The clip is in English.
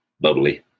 bubbly